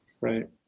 right